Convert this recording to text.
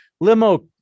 limo